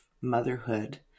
motherhood